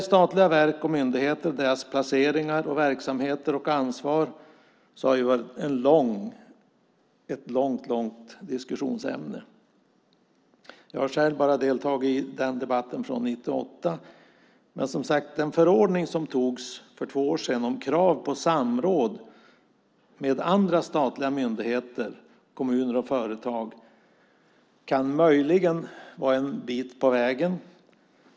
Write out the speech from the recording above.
Statliga verks och myndigheters placering, verksamhet och ansvar har varit ett diskussionsämne länge. Jag har själv deltagit i den debatten från 1998. Den förordning som antogs för två år sedan om krav på samråd med andra statliga myndigheter, kommuner och företag kan möjligen vara en bit på vägen.